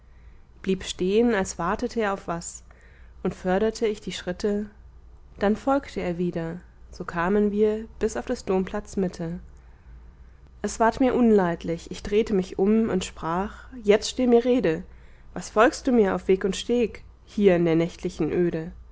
blieb stehen als wartete er auf was und förderte ich die schritte dann folgte er wieder so kamen wir bis auf des domplatz mitte es ward mir unleidlich ich drehte mich um und sprach jetzt steh mir rede was folgst du mir auf weg und steg hier in der nächtlichen öde